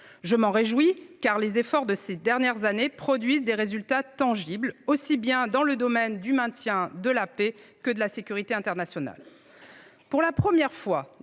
Je m'en réjouis, car les efforts de ces dernières années produisent des résultats tangibles, aussi bien dans le domaine du maintien de la paix qu'en matière de sécurité internationale.